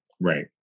Right